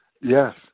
Yes